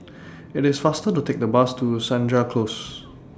IT IS faster to Take The Bus to Senja Close